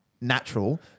natural